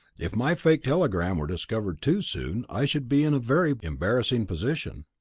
if my fake telegram were discovered too soon i should be in a very embarrassing position.